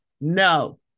no